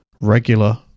regular